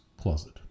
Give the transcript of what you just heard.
closet